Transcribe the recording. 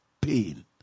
pain